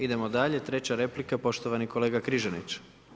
Idemo dalje, treća replika, poštovani kolega Križanić.